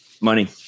money